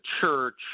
church